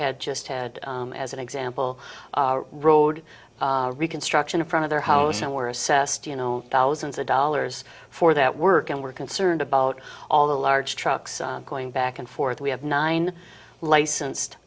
had just had as an example road reconstruction in front of their house and were assessed you know thousands of dollars for that work and we're concerned about all the large trucks going back and forth we have nine licensed